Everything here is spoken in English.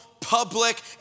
public